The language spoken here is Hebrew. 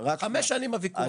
חמש שנים הוויכוח הזה.